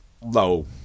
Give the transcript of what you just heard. low